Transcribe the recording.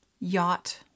yacht